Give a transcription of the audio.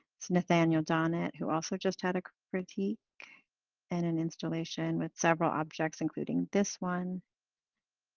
this nathaniel donnette who also just had a critique and an installation with several objects, including this one